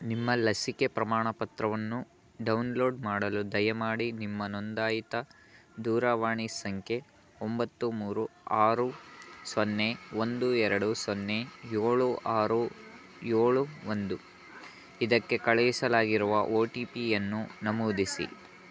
ನಿಮ್ಮ ಲಸಿಕೆ ಪ್ರಮಾಣಪತ್ರವನ್ನು ಡೌನ್ಲೋಡ್ ಮಾಡಲು ದಯಮಾಡಿ ನಿಮ್ಮ ನೋಂದಾಯಿತ ದೂರವಾಣಿ ಸಂಖ್ಯೆ ಒಂಬತ್ತು ಮೂರು ಆರು ಸೊನ್ನೆ ಒಂದು ಎರಡು ಸೊನ್ನೆ ಯೋಳು ಆರು ಏಳು ಒಂದು ಇದಕ್ಕೆ ಕಳುಹಿಸಲಾಗಿರುವ ಒ ಟಿ ಪಿಯನ್ನು ನಮೂದಿಸಿ